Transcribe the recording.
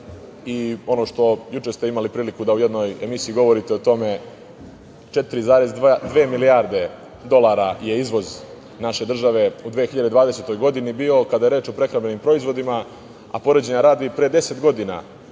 u Srbiji. Juče ste imali priliku da u jednoj emisiji govorite o tome, 4,2 milijarde dolara je bio izvoz naše države u 2020. godini kada je reč o prehrambenim proizvodima, a poređenja radi, pre 10 godina